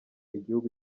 igihugu